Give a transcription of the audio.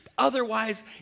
Otherwise